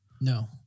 No